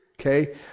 Okay